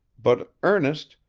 but ernest,